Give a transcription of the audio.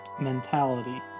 mentality